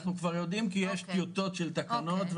אנחנו כבר יודעים כי יש טיוטות של תקנות,